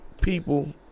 People